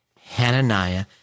Hananiah